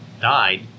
died